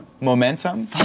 Momentum